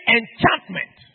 enchantment